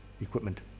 equipment